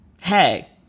hey